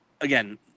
Again